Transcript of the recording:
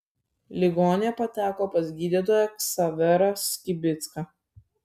ligonė pateko pas gydytoją ksaverą skibicką